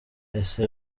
ese